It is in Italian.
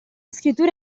scrittura